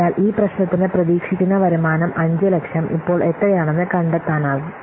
അതിനാൽ ഈ പ്രശ്നത്തിന് പ്രതീക്ഷിക്കുന്ന വരുമാനം 500000 ഇപ്പോൾ എത്രയാണെന്ന് കണ്ടെത്താനാകും